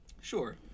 Sure